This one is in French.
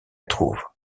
trouve